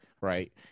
right